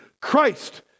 Christ